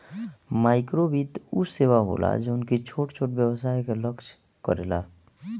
माइक्रोवित्त उ सेवा होला जवन की छोट छोट व्यवसाय के लक्ष्य करेला